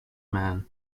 man